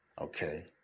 Okay